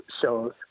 shows